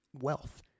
wealth